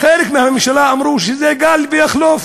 חלק מהממשלה אמר שזה גל ויחלוף,